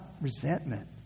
resentment